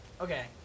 okay